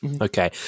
Okay